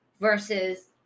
versus